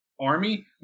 army